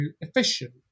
efficient